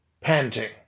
Panting